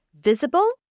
visible